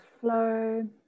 flow